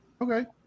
Okay